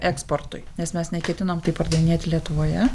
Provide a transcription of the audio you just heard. eksportui nes mes neketinom tai pardavinėti lietuvoje